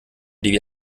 die